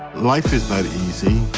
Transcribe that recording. life is not easy.